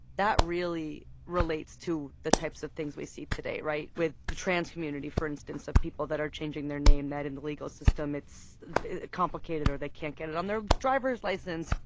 that really relates to the types of things we see today right? with the trans community, for instance, of people that are changing their name. that, in the legal system it's complicated, or they can't get it on their drivers license.